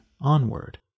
onward